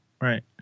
right